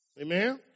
Amen